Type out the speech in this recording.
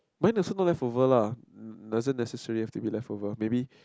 might is not leftover lah doesn't necessary have to be leftover maybe